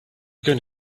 going